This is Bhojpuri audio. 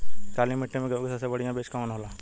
काली मिट्टी में गेहूँक सबसे बढ़िया बीज कवन होला?